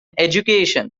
education